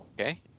Okay